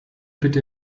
bitte